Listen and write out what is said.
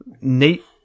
Nate